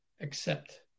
accept